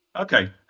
Okay